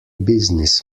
business